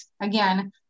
again